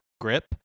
grip